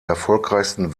erfolgreichsten